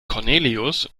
cornelius